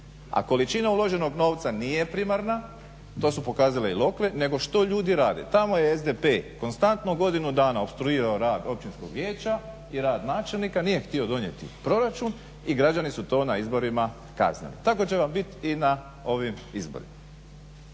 A količina uloženog novca nije primarna, to su pokazale i Lokve nego što ljudi rade. Tamo je SDP konstantno godinu dana opstruirao rad općinskog vijeća i rad načelnika, nije htio donijeti proračun i građani su to na izborima kaznili. Tako će vam biti i na ovim izborima.